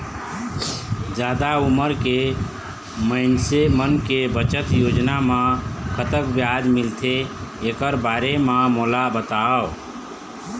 जादा उमर के मइनसे मन के बचत योजना म कतक ब्याज मिलथे एकर बारे म मोला बताव?